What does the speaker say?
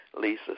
Lisa